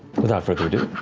without further ado,